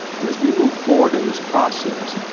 and as we move forward in this process,